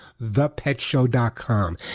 thepetshow.com